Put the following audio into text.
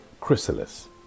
chrysalis